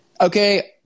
Okay